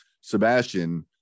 Sebastian